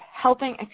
helping